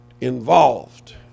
involved